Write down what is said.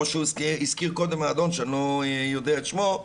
כמו שהזכיר קודם האדון שאני לא יודע את שמו,